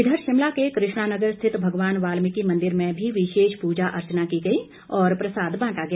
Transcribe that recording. इधर शिमला के कृष्णा नगर स्थित भगवान वाल्मीकि मंदिर में भी विशेष पूजा अर्चना की गई और प्रसाद बांटा गया